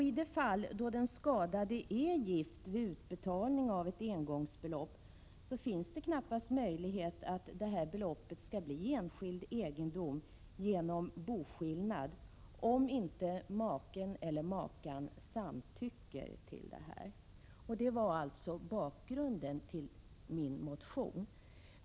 I det fall då den skadade är gift vid utbetalningen av ett engångsbelopp finns det knappast möjlighet att detta belopp skall bli enskild egendom genom boskillnad, om inte maken eller makan samtycker till det. Detta var bakgrunden till min motion.